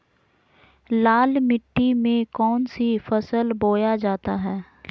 लाल मिट्टी में कौन सी फसल बोया जाता हैं?